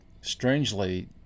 strangely